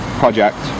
project